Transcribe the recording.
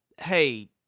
Hey